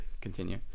continue